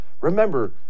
Remember